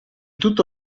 tutto